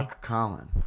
colin